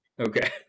okay